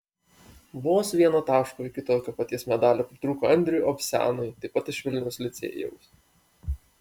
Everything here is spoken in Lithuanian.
vos vieno taško iki tokio paties medalio pritrūko andriui ovsianui taip pat iš vilniaus licėjaus